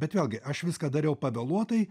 bet vėlgi aš viską dariau pavėluotai